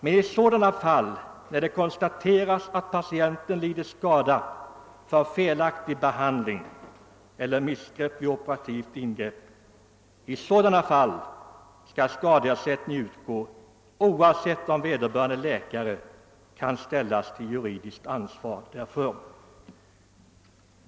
Men i de fall där det är konstaterat att patient lidit skada på grund av felaktig behandling eller misstag vid operativt ingrepp skall ersättning utgå, oavsett om vederbörande läkare rent juridiskt kan ställas till ansvar eller inte.